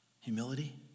humility